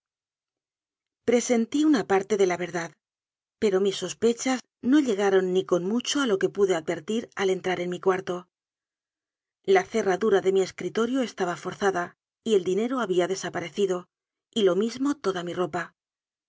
presentí una parte de la verdad pero mis sospechas no llegaron ni con mucho a lo que pude advertir al entrar en mi cuarto la cerradura de mi escritorio estaba forzada y el dinero había desaparecido y lo mismo toda mi ropa